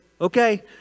okay